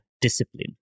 discipline